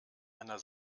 einer